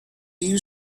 you